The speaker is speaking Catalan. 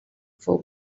fou